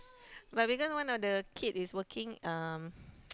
but because one of the kid is working um